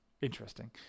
interesting